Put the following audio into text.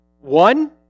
One